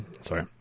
sorry